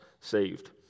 saved